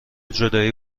جدایی